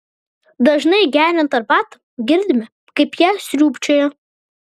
dažnai geriant arbatą girdime kaip ją sriubčioja